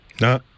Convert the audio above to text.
No